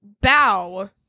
bow